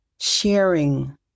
sharing